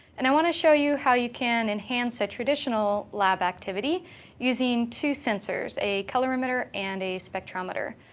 and i want to show you how you can enhance a traditional lab activity using two sensors a colorimeter and a spectrometer.